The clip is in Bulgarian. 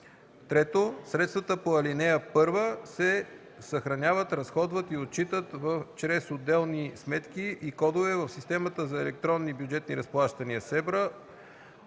(3) Средствата по ал. 1 се съхраняват, разходват и отчитат чрез отделни сметки и кодове в системата за електронни бюджетни разплащания (СЕБРА),